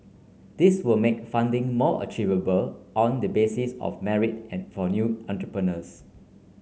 this will make funding more achievable on the basis of merit and for new entrepreneurs